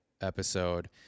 episode